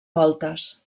voltes